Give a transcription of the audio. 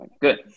Good